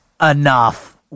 enough